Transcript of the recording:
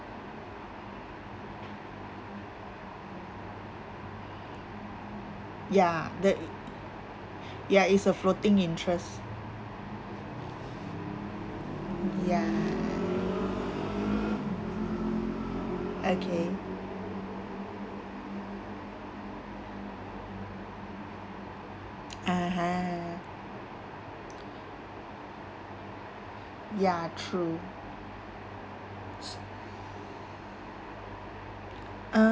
ya the ya it's a floating interest ya okay (uh huh) ya true